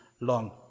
long